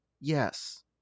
yes